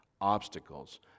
obstacles